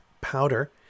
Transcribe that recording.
powder